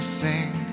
sing